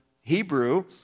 Hebrew